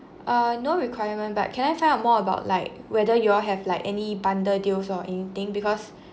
uh no requirement but can I find out more about like whether you all have like any bundle deals or anything because